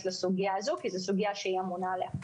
לסוגיה הזו כי זו סוגיה שהיא אמונה עליה.